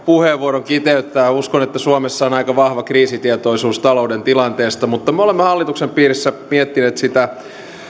puheenvuoron kiteyttää uskon että suomessa on aika vahva kriisitietoisuus talouden tilanteesta mutta me olemme hallituksen piirissä miettineet sitä